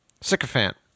sycophant